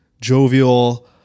jovial